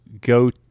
go